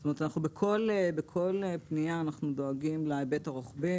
זאת אומרת, אנחנו בכל פנייה דואגים להיבט הרוחבי.